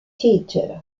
theater